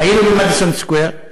היינו ב"מדיסון סקוור"